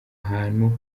ahantu